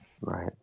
Right